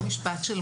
ריבה שכטר, בבקשה.